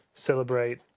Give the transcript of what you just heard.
Celebrate